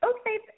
Okay